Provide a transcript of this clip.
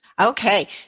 okay